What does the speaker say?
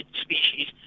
species